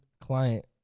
client